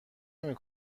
نمی